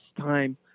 time